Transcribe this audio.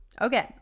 Okay